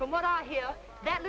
from what i hear that